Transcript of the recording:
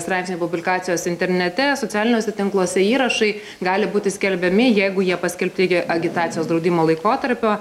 straipsniai publikacijos internete socialiniuose tinkluose įrašai gali būti skelbiami jeigu jie paskelbti iki agitacijos draudimo laikotarpio